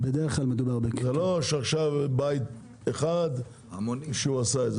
זה לא שעכשיו בית אחד שהוא עשה.